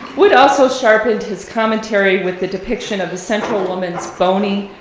wood also sharpened his commentary with the depiction of the central woman's bony,